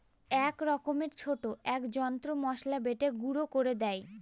এক রকমের ছোট এক যন্ত্র মসলা বেটে গুঁড়ো করে দেয়